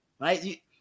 right